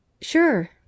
Sure